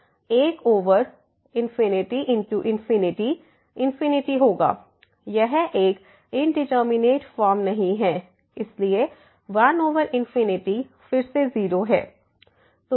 0 यहाँ 1 over into होगा यह एक इंडिटरमिनेट फॉर्म नहीं है इसलिए 1 ओवर फिर से 0 है